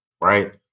right